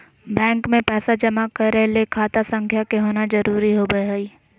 bank मे पैसा जमा करय ले खाता संख्या के होना जरुरी होबय हई